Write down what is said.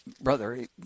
brother